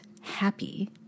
happy